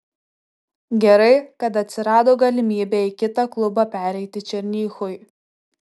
gerai kad atsirado galimybė į kitą klubą pereiti černychui